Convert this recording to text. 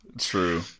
True